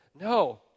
No